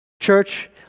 Church